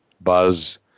buzz